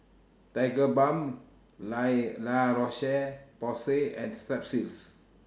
Tigerbalm La La Roche Porsay and Strepsils